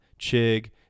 Chig